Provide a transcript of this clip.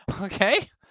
Okay